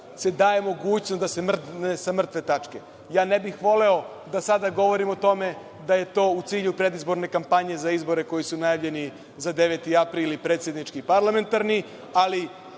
se daje mogućnost da se mrdne sa mrtve tačke. Ja ne bih voleo da sada govorim o tome da je to u cilju predizborne kampanje za izbore koji su najavljeni za 9. aprila ili predsednički i parlamentarni, ali